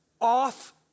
off